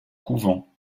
couvent